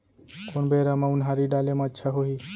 कोन बेरा म उनहारी डाले म अच्छा होही?